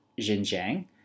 Xinjiang